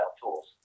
tools